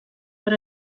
per